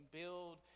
build